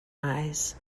eyes